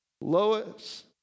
Lois